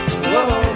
whoa